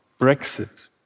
Brexit